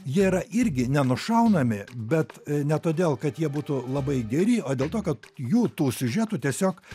jie yra irgi nenušaunami bet ne todėl kad jie būtų labai geri o dėl to kad jų tų siužetų tiesiog